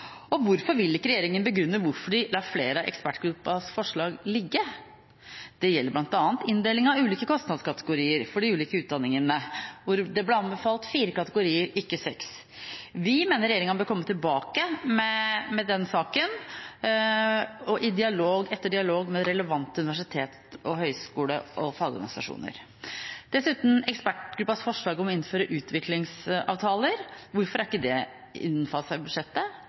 Og hvorfor vil ikke regjeringen begrunne hvorfor de lar flere av ekspertgruppens forslag ligge? Det gjelder bl.a. inndeling av ulike kostnadskategorier for de ulike utdanningene, hvor det ble anbefalt fire kategorier, ikke seks. Vi mener regjeringen bør komme tilbake med den saken etter dialog med relevante universitets-, høyskole- og fagorganisasjoner. Dessuten er det ekspertgruppens forslag om å innføre utviklingsavtaler – hvorfor er ikke det innfaset i budsjettet?